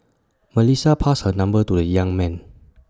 Melissa passed her number to the young man